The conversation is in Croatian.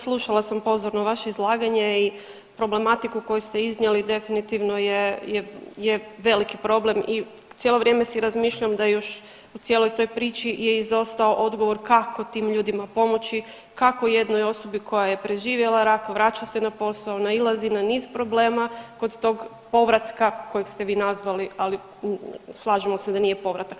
Slušala sam pozorno vaše izlaganje i problematiku koju ste iznijeli definitivno je veliki problem i cijelo vrijeme si razmišljam da u cijeloj toj priči je izostao odgovor kako tim ljudima pomoći, kako jednoj osobi koja je preživjela rak vraća se na posao, nailazi na niz problema kod tog povratka kojeg ste vi nazvali, ali slažemo se da nije povratak.